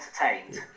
entertained